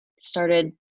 started